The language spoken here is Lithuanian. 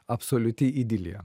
absoliuti idilija